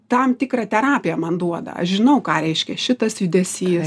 tam tikrą terapiją man duoda aš žinau ką reiškia šitas judesys